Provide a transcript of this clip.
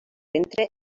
ventre